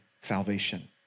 salvation